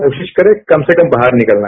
कोशिश करें कम से कम बाहर निकलना